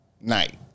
night